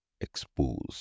exposed